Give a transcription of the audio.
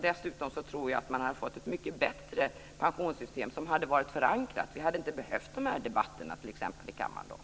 Dessutom tror jag att man hade fått ett mycket bättre pensionssystem som hade varit förankrat. Då hade vi t.ex. inte behövt de här debatterna i kammaren.